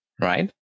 right